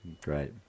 Great